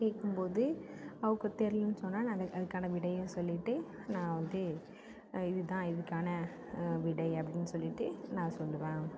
கேட்கும்போது அவுங்க தெரியலன்னு சொன்னால் நான் அது அதுக்கான விடையையும் சொல்லிவிட்டு நான் வந்து இதுதான் இதுக்கான விடை அப்டின்னு சொல்லிவிட்டு நான் சொல்லுவேன்